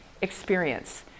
experience